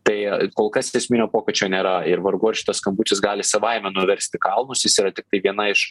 tai kol kas esminio pokyčio nėra ir vargu ar šitas skambutis gali savaime nuversti kalnus jis yra tiktai viena iš